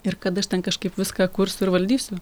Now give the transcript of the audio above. ir kad aš ten kažkaip viską kursiu ir valdysiu